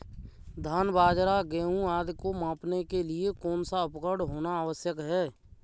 धान बाजरा गेहूँ आदि को मापने के लिए कौन सा उपकरण होना आवश्यक है?